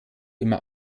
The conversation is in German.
immer